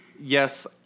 Yes